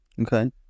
Okay